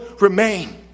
remain